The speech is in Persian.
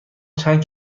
چند